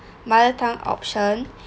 mother tongue option